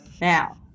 Now